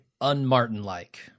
Un-Martin-like